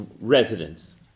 residents